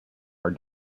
are